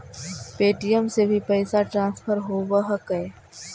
Paytm से भी पैसा ट्रांसफर होवहकै?